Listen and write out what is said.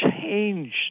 changed